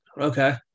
Okay